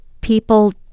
people